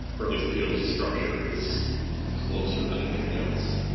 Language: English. or at least peele's structure is closer than anything else.